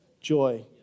joy